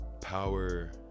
power